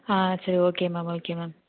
ஆ சரி okay ma'am okay ma'am